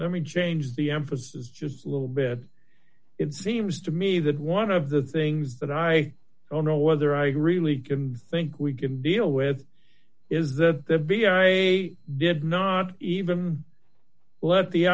let me change the emphasis just a little bit it seems to me that one of the things that i don't know whether i really can think we can deal with is that the bigger a did not even let